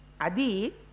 Adi